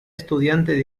estudiante